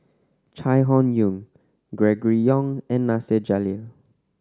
Chai Hon Yoong Gregory Yong and Nasir Jalil